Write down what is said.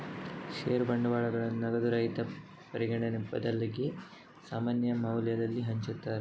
ಷೇರು ಬಂಡವಾಳಗಳನ್ನ ನಗದು ರಹಿತ ಪರಿಗಣನೆಗೆ ಬದಲಿಗೆ ಸಾಮಾನ್ಯ ಮೌಲ್ಯದಲ್ಲಿ ಹಂಚುತ್ತಾರೆ